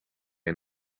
een